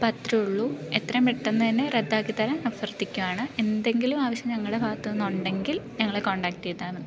അപ്പോൾ അത്രുള്ളു എത്രേം പെട്ടെന്നു തന്നെ റദ്ദാക്കിത്തരാൻ അഭ്യർത്ഥിക്കുവാണ് എന്തെങ്കിലും ആവശ്യം ഞങ്ങളുടെ ഭാഗത്തുന്ന് ഉണ്ടെങ്കിൽ ഞങ്ങളെ കോണ്ടാക്ട ചെയ്താൽ മതി